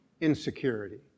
insecurity